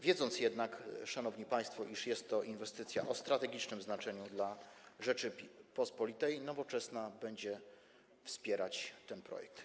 Wiedząc jednak, szanowni państwo, iż jest to inwestycja o strategicznym znaczeniu dla Rzeczypospolitej, Nowoczesna będzie wspierać ten projekt.